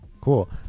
cool